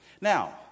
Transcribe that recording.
Now